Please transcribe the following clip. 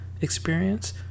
experience